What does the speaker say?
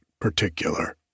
particular